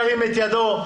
ירים את ידו.